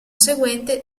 seguente